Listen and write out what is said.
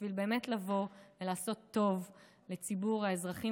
בשביל לבוא לעשות טוב לציבור האזרחים